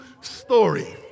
story